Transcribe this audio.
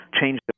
change